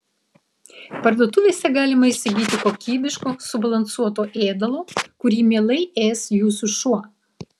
parduotuvėse galima įsigyti kokybiško subalansuoto ėdalo kurį mielai ės jūsų šuo